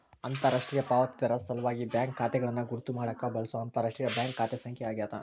ಅಂತರರಾಷ್ಟ್ರೀಯ ಪಾವತಿದಾರರ ಸಲ್ವಾಗಿ ಬ್ಯಾಂಕ್ ಖಾತೆಗಳನ್ನು ಗುರುತ್ ಮಾಡಾಕ ಬಳ್ಸೊ ಅಂತರರಾಷ್ಟ್ರೀಯ ಬ್ಯಾಂಕ್ ಖಾತೆ ಸಂಖ್ಯೆ ಆಗ್ಯಾದ